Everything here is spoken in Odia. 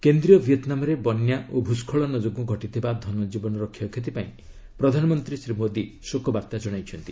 କେନ୍ଦ୍ରୀୟ ଭିଏତନାମରେ ବନ୍ୟା ଓ ଭୂସ୍ଖଳନ ଯୋଗୁଁ ଘଟିଥିବା ଧନଜୀବନର କ୍ଷୟକ୍ଷତି ପାଇଁ ପ୍ରଧାନମନ୍ତ୍ରୀ ଶ୍ରୀ ମୋଦୀ ଶୋକବାର୍ତ୍ତା ଜଣାଇଛନ୍ତି